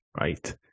Right